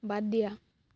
বাদ দিয়া